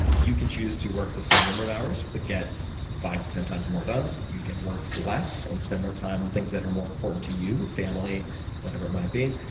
you can choose to work the same number of hours, but get five to ten times more done. you can work less, and spend more time on things that are more important to you family, or whatever it might be,